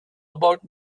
about